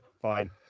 Fine